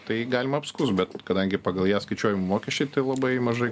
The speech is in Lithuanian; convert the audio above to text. tai galima apskųst bet kadangi pagal ją skaičiuojami mokesčiai tai labai mažai